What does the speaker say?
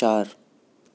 تار